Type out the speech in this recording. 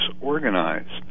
organized